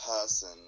person